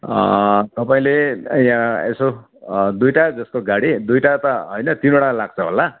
तपाईँले यहाँ यसो दुईवटा जस्तो गाडी दुईववटा त होइन तिनवटा लाग्छ होला